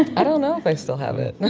and i don't know if i still have it.